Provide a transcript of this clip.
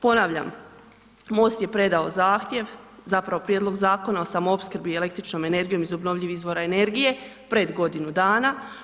Ponavljam, MOST je predao zahtjev, zapravo, prijedlog Zakona o samoopskrbi električnom energijom iz obnovljivih izvora energije pred godinu dana.